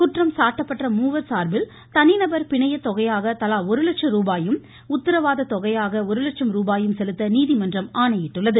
குற்றம் சாட்டப்பட்ட மூவர் சார்பில் தனிநபர் பிணையத்தொகையாக தலா ஒரு லட்சம் ரூபாயும் உத்தரவாதத்தொகையாக ஒரு லட்சம் ரூபாயும் செலுத்த நீதிமன்றம் ஆணையிட்டுள்ளது